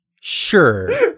Sure